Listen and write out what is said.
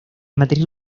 material